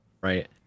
right